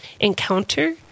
encounter